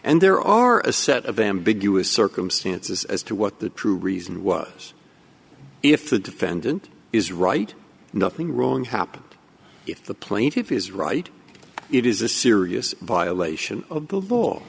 and there are a set of ambiguous circumstances as to what the true reason was if the defendant is right nothing wrong happened if the plaintiff is right it is a serious violation of the b